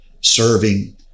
serving